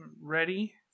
ready